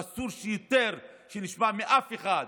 אסור יותר לשמוע מאף אחד,